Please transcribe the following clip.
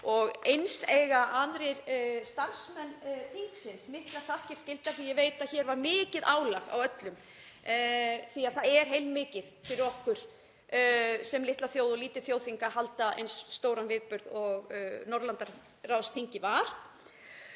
Eins eiga aðrir starfsmenn þingsins miklar þakkir skildar því að ég veit að hér var mikið álag á öllum; það er heilmikið fyrir okkur sem litla þjóð og lítið þjóðþing að halda eins stóran viðburð og Norðurlandaráðsþingið var.